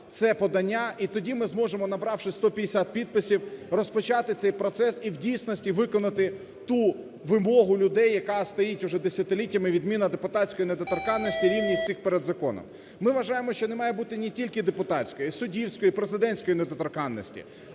це подання і тоді ми зможемо, набравши 150 підписів, розпочати цей процес і в дійсності виконати ту вимогу людей, яка стоїть уже десятиліттями, відміна депутатської недоторканності, рівність всіх перед законом. Ми вважаємо, що не має бути не тільки депутатської, а і суддівської, президентської недоторканності.